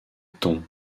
ton